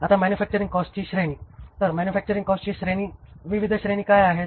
आता मॅनुफॅक्चरिंग कॉस्टची श्रेणी तर मॅनुफॅक्चरिंग कॉस्टची विविध श्रेणी काय आहेत